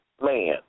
man